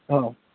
હં